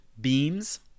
beams